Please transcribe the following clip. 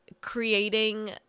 creating